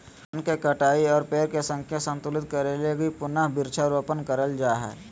वन के कटाई और पेड़ के संख्या संतुलित करे लगी पुनः वृक्षारोपण करल जा हय